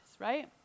right